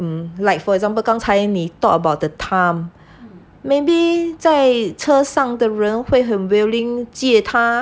like for example 刚才你 talk about the time maybe 在车上的人会很 willing 借他